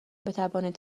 بتوانید